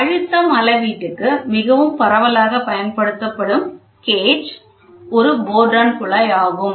அழுத்தம் அளவீட்டுக்கு மிகவும் பரவலாக பயன்படுத்தப்படும் கேஜ் ஒரு போர்டன் குழாய் ஆகும்